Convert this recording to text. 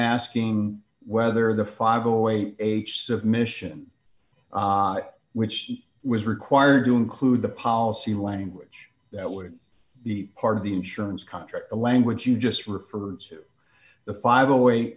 asking whether the five go away h submission which was required to include the policy language that would be part of the insurance contract language you just referred to the five